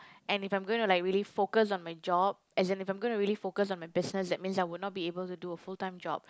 and if I'm gonna like really focus on my job as in I'm gonna really focus on my business that means I would not be able to do a full-time job